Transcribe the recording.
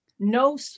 No